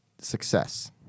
success